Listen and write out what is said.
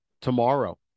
tomorrow